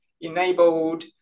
enabled